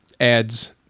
adds